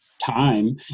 time